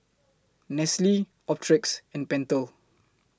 Nestle Optrex and Pentel